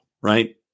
right